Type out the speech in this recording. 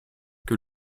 que